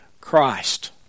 Christ